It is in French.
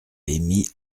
émis